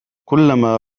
كلما